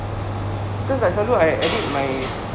because I selalu I edit my